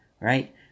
right